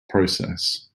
process